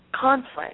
Conflict